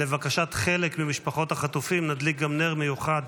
לבקשת חלק ממשפחות החטופים נדליק גם נר מיוחד